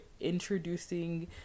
introducing